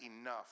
enough